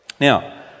Now